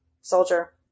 soldier